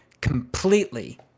completely